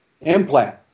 implant